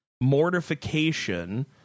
mortification